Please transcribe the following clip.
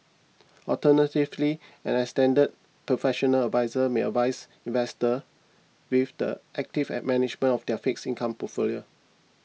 alternatively an extended professional adviser may advice investors with the active at management of their fixed income portfolios